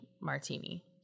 martini